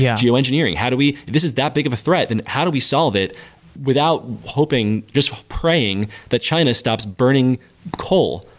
yeah geo-engineering. how do we this is that big of a threat, and how do we solve it without hoping, just praying, that china stops burning coal?